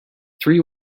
three